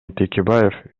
текебаев